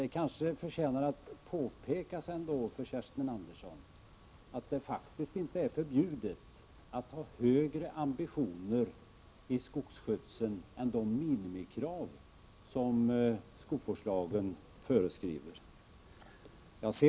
Det förtjänar kanske att påpekas för Kerstin Andersson att det faktiskt inte är förbjudet att ha högre ambitioner beträffande skogsskötseln än de minimikrav som skogsvårdslagen föreskriver.